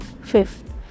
fifth